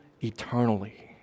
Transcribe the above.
eternally